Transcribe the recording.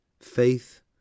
faith